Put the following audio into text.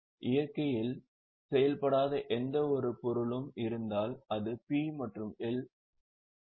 இயற்கையில் செயல்படாத எந்தவொரு பொருளும் இருந்தால் அது P மற்றும் L இல் உள்ளது ஆகும்